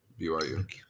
BYU